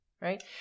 Right